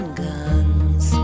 guns